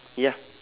ya